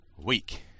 week